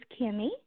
Kimmy